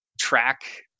track